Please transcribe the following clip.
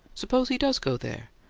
suppose he does go there.